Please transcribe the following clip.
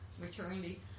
maternity